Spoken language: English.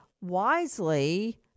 wisely